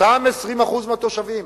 אותם 20% מהתושבים,